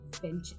venture